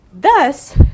Thus